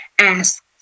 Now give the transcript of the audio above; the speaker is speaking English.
ask